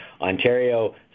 Ontario